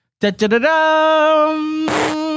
Da-da-da-da